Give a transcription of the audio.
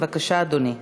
בבקשה, אדוני.